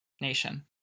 nation